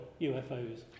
UFOs